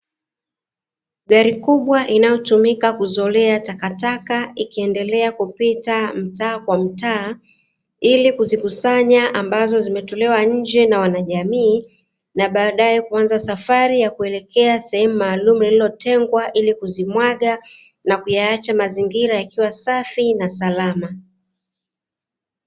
Gari kubwa inayotumika kuzolea takataka, ikiendelea kupita mtaa kwa mtaa, ili kuzikusanya ambazo zimetolewa nje na wanajamii na baadaye kuanza safari ya kuelekea sehemu maalumu iliyotengwa, ili kuzimwaga na kuyaacha mazingira yakiwa safi na salama.